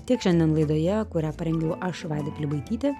tiek šiandien laidoje kurią parengiau aš vaida pilibaitytė